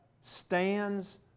stands